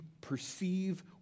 perceive